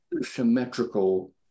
symmetrical